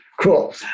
Cool